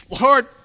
Lord